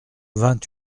vingt